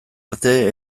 arte